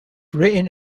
written